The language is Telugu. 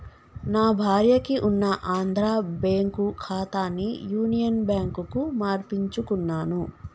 నా భార్యకి ఉన్న ఆంధ్రా బ్యేంకు ఖాతాని యునియన్ బ్యాంకుకు మార్పించుకున్నాను